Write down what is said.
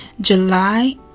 July